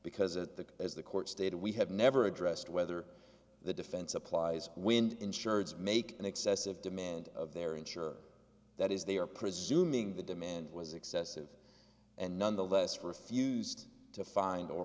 because it the as the court stated we have never addressed whether the defense applies wind insureds make an excessive demand of their ensure that is they are presuming the demand was excessive and nonetheless refused to find or